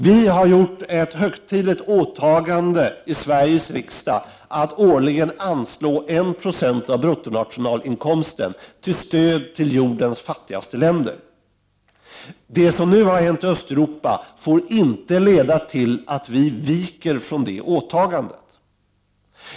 Vi har gjort ett högtidligt åtagande i Sveriges riksdag att årligen anslå 196 av bruttonationalinkomsten till stöd för jordens fattigaste länder. Det som har hänt i Östeuropa får inte leda till att vi viker från det åtagandet.